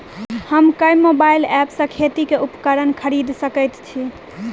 हम केँ mobile app सँ खेती केँ उपकरण खरीदै सकैत छी?